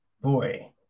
boy